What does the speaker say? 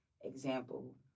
example